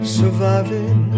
surviving